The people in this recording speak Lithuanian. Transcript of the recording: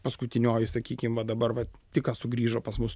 paskutinioji sakykim va dabar vat tik ką sugrįžo pas mus